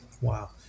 Wow